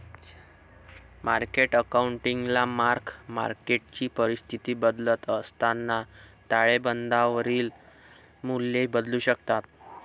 market अकाउंटिंगला mark मार्केटची परिस्थिती बदलत असताना ताळेबंदावरील मूल्ये बदलू शकतात